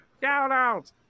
Shout-out